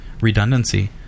redundancy